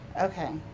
Okay